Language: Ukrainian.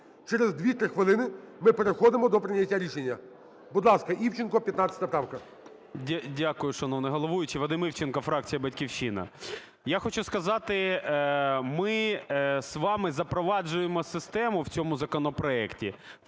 Через 2-3 хвилини ми переходимо до прийняття рішення. Будь ласка, Івченко, 15 правка. 16:21:21 ІВЧЕНКО В.Є. Дякую, шановний головуючий. Вадим Івченко, фракція "Батьківщина". Я хочу сказати, ми з вами запроваджуємо систему в цьому законопроекті,